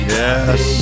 yes